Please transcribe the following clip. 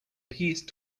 pierced